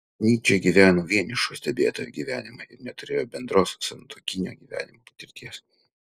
nyčė gyveno vienišo stebėtojo gyvenimą ir neturėjo bendros santuokinio gyvenimo patirties